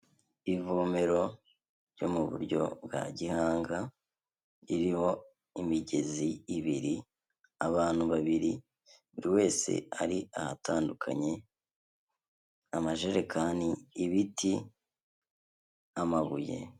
Ivomero ryo mu buryo bwa gihanga ririho imigezi ibiri, abantu babiri buri wese ari ahatandukanye, amajerekani, ibiti, amabuye.